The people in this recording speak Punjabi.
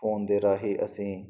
ਫੋਨ ਦੇ ਰਾਹੀਂ ਅਸੀਂ